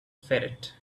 ferret